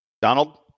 Donald